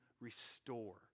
restore